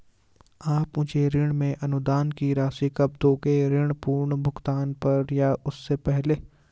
आप मुझे ऋण में अनुदान की राशि कब दोगे ऋण पूर्ण भुगतान पर या उससे पहले?